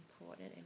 important